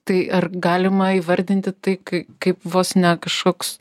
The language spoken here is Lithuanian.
tai ar galima įvardinti tai kai kaip vos ne kažkoks